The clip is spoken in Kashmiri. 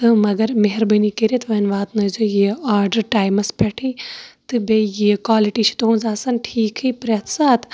تہٕ مگر مہربٲنی کٔرِتھ وۄنۍ واتنٲیزیٚو یہٕ آرڈَر تایِمَس پٮ۪ٹھٕے تہٕ بیٚیہِ یہٕ کالِٹی چھِ تُہُنٛز آسان ٹھیٖکھٕے پرٛٮ۪تھ ساتہٕ